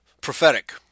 prophetic